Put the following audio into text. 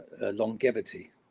longevity